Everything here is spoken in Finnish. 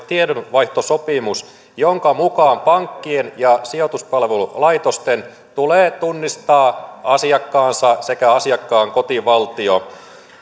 tietojenvaihtosopimus jonka mukaan pankkien ja sijoituspalvelulaitosten tulee tunnistaa asiakkaansa ja asiakkaan kotivaltio